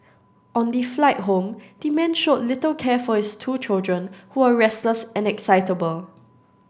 on the flight home the man showed little care for his two children who were restless and excitable